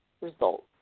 results